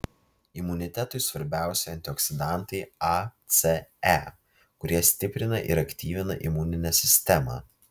imunitetui svarbiausi antioksidantai a c e kurie stiprina ir aktyvina imuninę sistemą